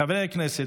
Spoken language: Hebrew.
חברי הכנסת,